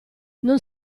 non